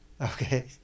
Okay